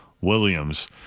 Williams